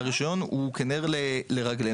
עסק שהרישיון הוא נר לרגלינו,